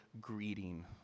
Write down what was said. greeting